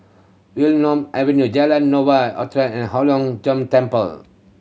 Wilmonar Avenue Jalan Novena Utara and Hong Lim Jiong Temple